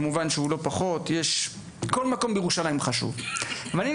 שכמובן מדובר במקום חשוב לא פחות,